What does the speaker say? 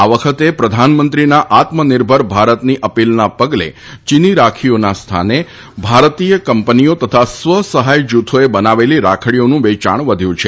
આ વખતે પ્રધાનમંત્રીના આત્મનિર્ભર ભારતની અપીલના પગલે ચીની રાખીઓના સ્થાને ભારતીય કંપનીઓ તથા સ્વ સહાય જૂથોએ બનાવેલી રાખડીઓનું વેચાણ વધ્યું છે